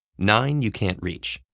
nine you can't reach.